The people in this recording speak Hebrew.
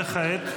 וכעת?